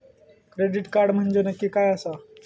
Credit card म्हंजे नक्की काय आसा?